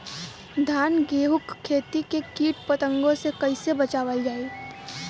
धान गेहूँक खेती के कीट पतंगों से कइसे बचावल जाए?